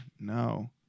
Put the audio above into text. No